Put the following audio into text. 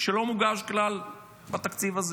שלא מוגש כלל בתקציב הזה,